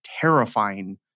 terrifying